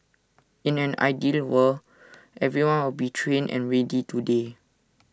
in an ideal world everyone will be trained and ready today